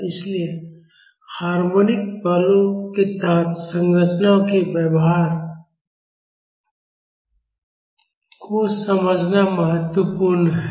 इसलिए हार्मोनिक बलों के तहत संरचनाओं के व्यवहार को समझना महत्वपूर्ण है